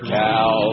cow